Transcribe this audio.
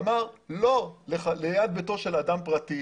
אמר לא ליד ביתו של אדם פרטי.